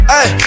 Hey